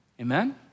Amen